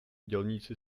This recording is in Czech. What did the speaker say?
dělníci